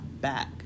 back